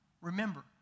remember